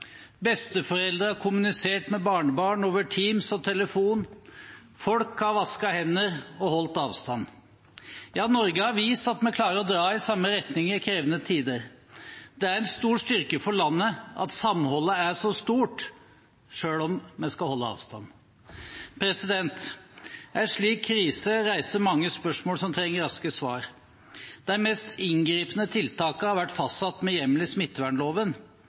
besteforeldre har kommunisert med barnebarn over Teams og telefon, folk har vasket hender og holdt avstand. Norge har vist at vi klarer å dra i samme retning i krevende tider. Det er en stor styrke for landet at samholdet er så stort, selv om vi skal holde avstand. En slik krise reiser mange spørsmål som trenger raske svar. De mest inngripende tiltakene har vært fastsatt med hjemmel i